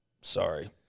Sorry